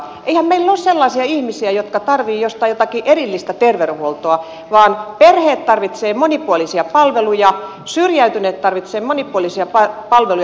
eihän meillä ole sellaisia ihmisiä jotka tarvitsevat jostain jotakin erillistä terveydenhuoltoa vaan perheet tarvitsevat monipuolisia palveluja syrjäytyneet tarvitsevat monipuolisia palveluja